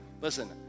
listen